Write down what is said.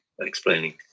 explaining